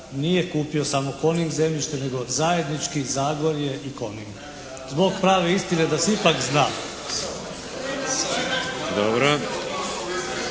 nije kupio samo "Coning" zemljište nego zajednički "Zagorje" i "Coning". Zbog prave istine da se ipak zna.